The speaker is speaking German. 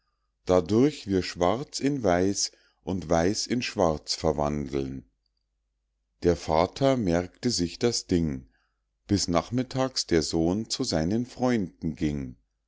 dadurch wir schwarz in weiß und weiß in schwarz verwandeln der vater merkte sich das ding bis nachmittags der sohn zu seinen freunden ging